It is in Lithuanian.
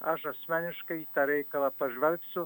aš asmeniškai į tą reikalą pažvelgsiu